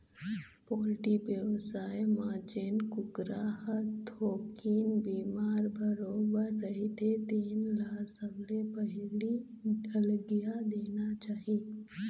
poultry बेवसाय म जेन कुकरा ह थोकिन बिमार बरोबर रहिथे तेन ल सबले पहिली अलगिया देना चाही